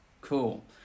Cool